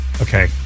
Okay